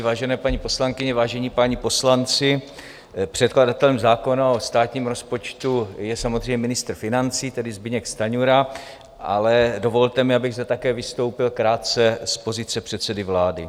Vážené paní poslankyně, vážení páni poslanci, předkladatelem zákona o státním rozpočtu je samozřejmě ministr financí, tedy Zbyněk Stanjura, ale dovolte mi, abych zde také vystoupil krátce z pozice předsedy vlády.